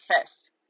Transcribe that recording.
first